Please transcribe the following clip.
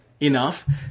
enough